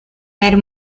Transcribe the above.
ver